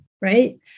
right